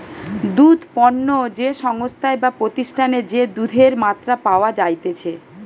দুধ পণ্য যে সংস্থায় বা প্রতিষ্ঠানে যে দুধের মাত্রা পাওয়া যাইতেছে